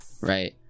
right